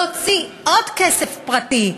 להוציא עוד כסף פרטי,